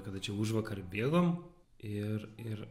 kada čia užvakar bėgom ir ir